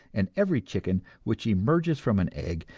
and every chicken which emerges from an egg,